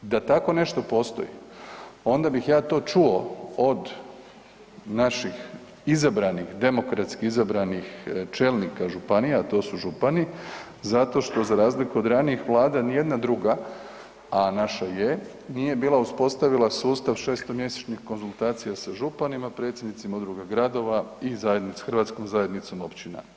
Da tako nešto postoji onda bih ja to čuo od naših izabranih demokratski izabranih čelnika županija, a to su župani, zato što za razliku od ranijih vlada ni jedna druga, a naša je nije bila uspostavila sustav šesto mjesečnih konzultacija sa županima, predsjednicima udruga gradova i hrvatskom zajednicom općina.